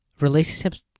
relationships